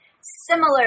similar